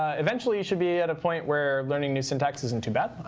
ah eventually you should be at a point where learning new syntax isn't too bad.